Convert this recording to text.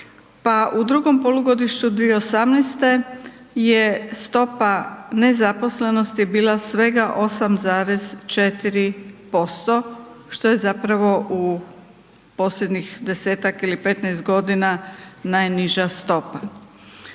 pa u drugom polugodištu 2018.-te je stopa nezaposlenosti bila svega 8,4%, što je zapravo u posljednjih desetak ili petnaest godina najniža stopa.